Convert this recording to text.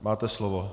Máte slovo.